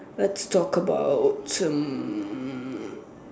let's talk about um